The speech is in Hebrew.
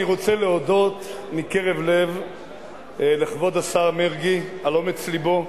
אני רוצה להודות מקרב לב לכבוד השר מרגי על אומץ לבו,